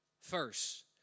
first